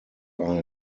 are